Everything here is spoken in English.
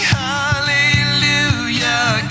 hallelujah